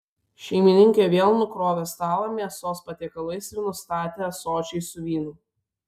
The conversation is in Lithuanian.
šeimininkė vėl nukrovė stalą mėsos patiekalais ir nustatė ąsočiais su vynu